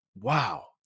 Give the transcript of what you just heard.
Wow